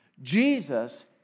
Jesus